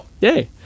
Yay